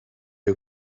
you